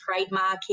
trademarking